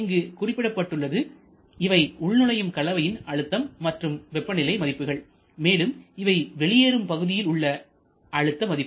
இங்கு குறிப்பிடப்பட்டுள்ளது இவை உள் நுழையும் கலவையின் அழுத்தம் மற்றும் வெப்பநிலை மதிப்புகள் மேலும் இவை வெளியேறும் பகுதியில் உள்ள அழுத்த மதிப்பு